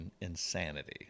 insanity